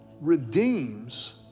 redeems